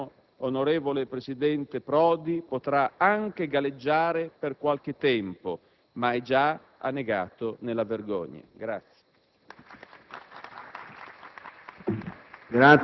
si rassegni: il suo Governo, onorevole presidente Prodi, potrà anche galleggiare per qualche tempo ma è già annegato nella vergogna.